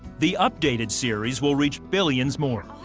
the updated series will reach billions more.